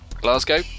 Glasgow